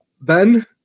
Ben